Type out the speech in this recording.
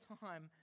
time